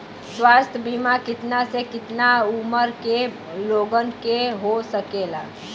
स्वास्थ्य बीमा कितना से कितना उमर के लोगन के हो सकेला?